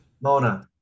Mona